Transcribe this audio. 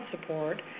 support